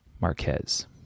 Marquez